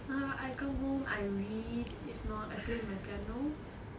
ah I come home I read if not I play on my piano